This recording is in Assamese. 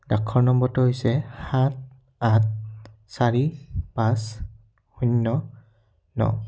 ডাকঘৰ নম্বৰটো হৈছে সাত আঠ চাৰি পাঁচ শূন্য ন